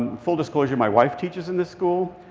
full disclosure. my wife teaches in this school.